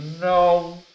no